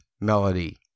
melody